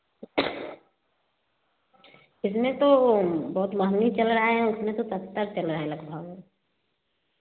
इतने तो बहुत महँगी चल रहा है उसमें तो सस्ता चल रहा है लगभग